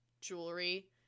jewelry